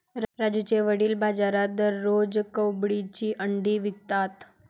राजूचे वडील बाजारात दररोज कोंबडीची अंडी विकतात